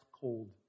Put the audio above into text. cold